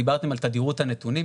דיברתם על תדירות הנתונים,